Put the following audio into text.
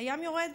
הים יורד.